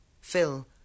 Phil